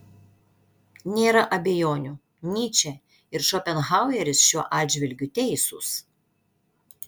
nėra abejonių nyčė ir šopenhaueris šiuo atžvilgiu teisūs